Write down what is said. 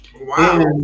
Wow